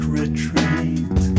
retreat